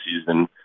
season